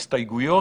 ההסתייגויות.